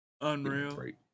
Unreal